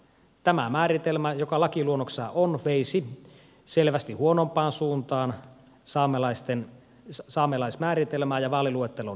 tämä määritelmä joka lakiluonnoksessa on veisi selvästi huonompaan suuntaan saamelaismääritelmää ja vaaliluetteloon hyväksymistä